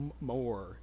more